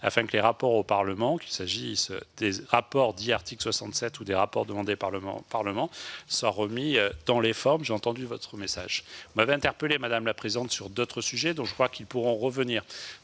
afin que les rapports au Parlement, qu'il s'agisse des rapports dits « de l'article 67 » ou des rapports demandés par le Parlement, soient remis dans les formes. J'ai entendu votre message. Vous m'avez interpellé, madame la présidente, sur d'autres sujets, qui devraient revenir